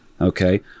Okay